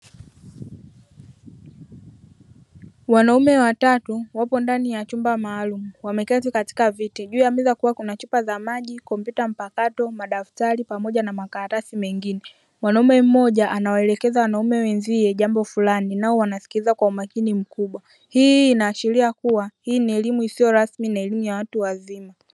Wanaume watatu wapo ndani ya chumba maalumu wameketi katika viti, juu ya meza kukiwa kuna chupa za maji, kompyuta mpakato, madaftari pamoja na makaratasi mengine. Mwanaume mmoja anawaelekeza wanaume wenzie jambo fulani nao wanasikiliza kwa umakini mkubwa. Hii inaashiria kuwa hii ni elimu isiyo rasmi na elimu ya watu wazima